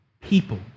people